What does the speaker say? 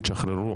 תשחררו.